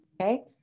okay